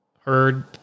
heard